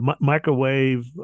microwave